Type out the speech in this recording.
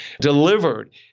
delivered